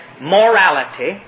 morality